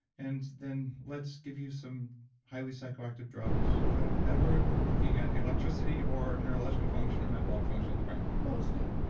and then let's give you some highly-psychoactive drugs without ever looking at electricity or neurological function or metabolic function in the brain but we'll just do it.